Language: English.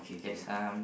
yes um